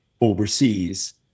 overseas